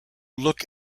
look